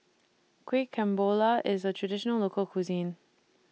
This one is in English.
Kueh Kemboja IS A Traditional Local Cuisine